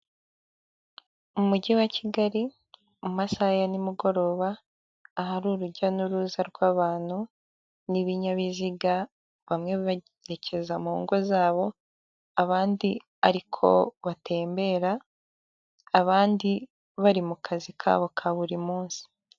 Umujyi wa Kigali mu masaha ya nimugoroba, ahari urujya n'uruza rw'abantu ni'ibinyabiziga, bamwe berekeza mu ngo zabo, abandi ariko batembera, abandi bari mu kazi kabo ka buri munsi.